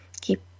Keep